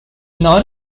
nor